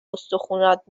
استخونات